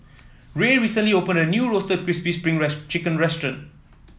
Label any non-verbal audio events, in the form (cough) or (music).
Rae recently opened a new Roasted Crispy Spring (unintelligible) Chicken restaurant